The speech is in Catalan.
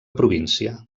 província